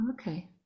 Okay